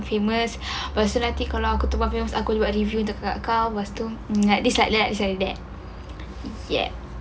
famous lepas nanti kalau aku tumpang famous aku boleh live dekat kau lepas tu things like that things like that yup